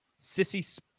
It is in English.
Sissy